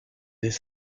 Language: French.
des